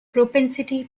propensity